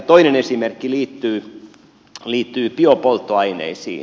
toinen esimerkki liittyy biopolttoaineisiin